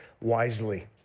wisely